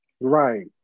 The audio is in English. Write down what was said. Right